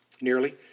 nearly